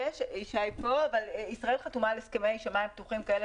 ישראל חתומה על הסכמי שמים פתוחים כאלה